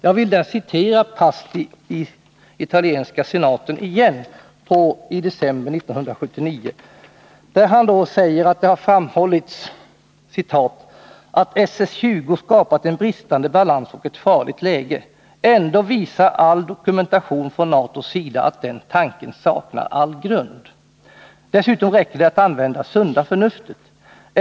Jag vill återge vad Pasti sade i italienska senaten i december 1979. Han yttrade då: I er redogörelse har ni upprepade gånger framhållit att SS 20 skapat en bristande balans och ett farligt läge. Ändå visar all dokumentation från NATO:s sida att den tanken saknar all grund. Dessutom räcker det att använda det sunda förnuftet.